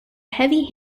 heavy